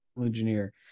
engineer